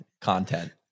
content